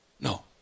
No